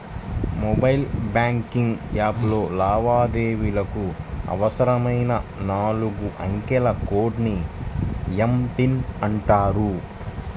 mobile banking యాప్లో లావాదేవీలకు అవసరమైన నాలుగు అంకెల కోడ్ ని ఎమ్.పిన్ అంటారు